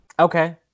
Okay